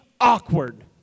awkward